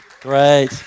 Great